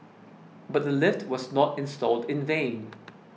but the lift was not installed in vain